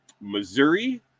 Missouri